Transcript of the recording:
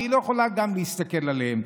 שהיא לא יכולה גם להסתכל עליהם,